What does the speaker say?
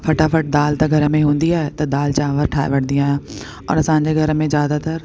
फटाफट दालि त घर में हूंदी आहे त दालि चांवर ठाहे वठंदी आहियां और असांजे घर में ज़्यादातर